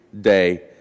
day